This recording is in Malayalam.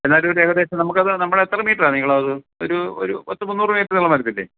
എന്നാലും ഒരു ഏകദേശം നമുക്ക് അത് നമ്മൾ എത്ര മീറ്റർ ആണ് നീളം അത് ഒരു ഒരു പത്ത് മുന്നൂറ് മീറ്റർ നീളം വരില്ലേ